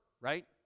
right